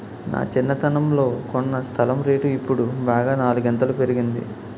నా చిన్నతనంలో కొన్న స్థలం రేటు ఇప్పుడు బాగా నాలుగింతలు పెరిగింది